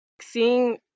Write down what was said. Seeing